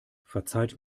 verzeiht